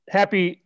happy